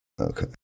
Okay